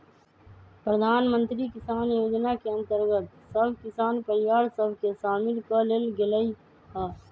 प्रधानमंत्री किसान जोजना के अंतर्गत सभ किसान परिवार सभ के सामिल क् लेल गेलइ ह